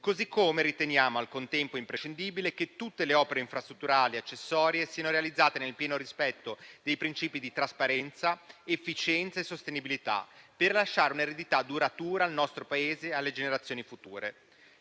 così come riteniamo al contempo imprescindibile che tutte le opere infrastrutturali e accessorie siano realizzate nel pieno rispetto dei principi di trasparenza, efficienza e sostenibilità, per lasciare un'eredità duratura al nostro Paese e alle generazioni future.